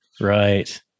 Right